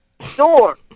Sure